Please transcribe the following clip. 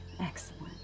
Excellent